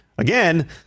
Again